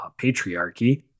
patriarchy